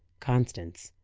constance,